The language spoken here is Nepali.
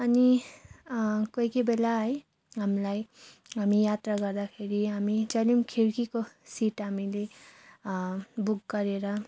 अनि कोही कोही बेला है हामीलाई हामी यात्रा गर्दाखेरि हामी जहिले खिड्कीको सिट हामीले बुक गरेर